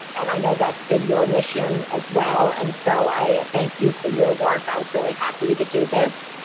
and i know that's been your mission, as well. and so, i thank you for your work. i was really happy to do this,